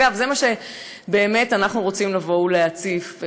אגב, זה מה שבאמת אנחנו רוצים לבוא ולהציף.